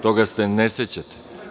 Toga se ne sećate.